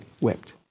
whipped